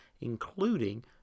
including